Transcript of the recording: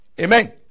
Amen